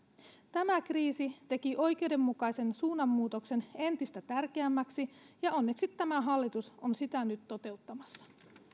tämä kriisi teki oikeudenmukaisen suunnanmuutoksen entistä tärkeämmäksi ja onneksi tämä hallitus on sitä nyt toteuttamassa